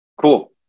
Cool